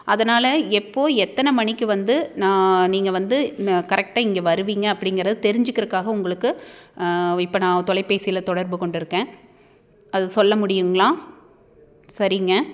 அதனால் எப்போது எத்தனை மணிக்கு வந்து நான் நீங்கள் வந்து ந கரெக்டாக இங்கே வருவீங்க அப்படிங்கிறத தெரிஞ்சிக்கிறதுக்காக உங்களுக்கு இப்போ நான் தொலைபேசியில் தொடர்பு கொண்டுருக்கேன் அது சொல்ல முடியுங்களா சரிங்க